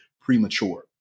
premature